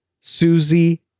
Susie